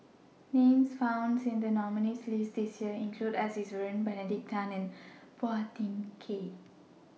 Names found in The nominees' list This Year include S Iswaran Benedict Tan and Phua Thin Kiay